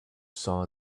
saw